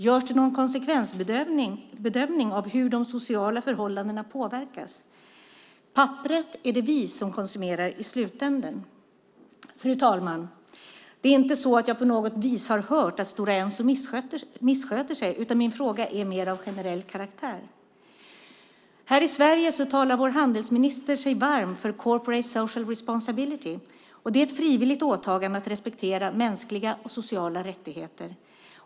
Görs det någon konsekvensbedömning av hur de sociala förhållandena påverkas? Papperet är det vi som konsumerar i slutänden. Fru talman! Det är inte så att jag på något vis har hört att Stora Enso missköter sig, utan min fråga är mer av generell karaktär. Här i Sverige talar vår handelsminister sig varm för corporate social responsibility, ett frivilligt åtagande att respektera mänskliga och sociala rättigheter.